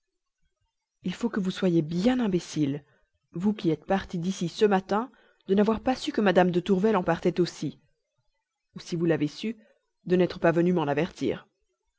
il faut que vous soyez bien imbécile vous qui êtes parti d'ici ce matin de n'avoir pas su que mme de tourvel en partait aussi ou si vous l'avez su de n'être pas venu m'en avertir